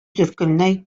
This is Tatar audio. зөлкарнәй